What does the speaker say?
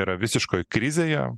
yra visiškoj krizėje